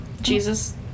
Jesus